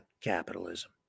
Capitalism